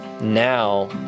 now